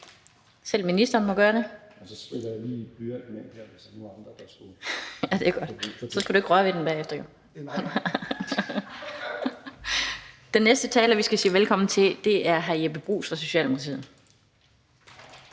Selv ministeren må gøre det. Fornemt. Den næste taler, vi skal sige velkommen til, er hr. Jeppe Bruus fra Socialdemokratiet.